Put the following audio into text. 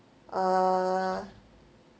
err